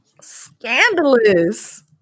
Scandalous